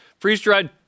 Freeze-dried